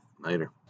Later